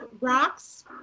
rocks